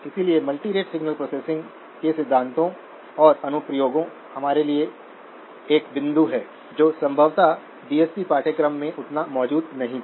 इसलिए multirate signal processing के सिद्धांत और अनुप्रयोग हमारे पास एक बिंदु है जो संभवतः डीएसपी पाठ्यक्रम में उतना मौजूद नहीं था